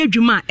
Juma